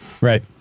Right